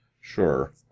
Sure